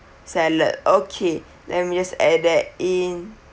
salad okay let me just add that in